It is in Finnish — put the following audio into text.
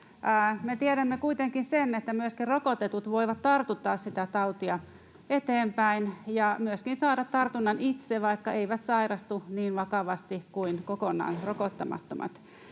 tiedämme kuitenkin sen, että myöskin rokotetut voivat tartuttaa sitä tautia eteenpäin ja myöskin saada tartunnan itse, vaikka eivät sairastu niin vakavasti kuin kokonaan rokottamattomat.